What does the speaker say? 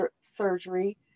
surgery